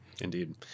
Indeed